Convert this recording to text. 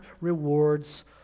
rewards